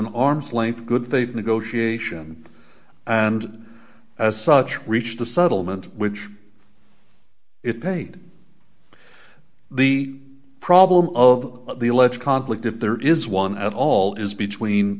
an arm's length good they've negotiation and as such we reached the settlement which it paid the problem of the alleged conflict if there is one at all is between